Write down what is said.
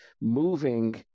moving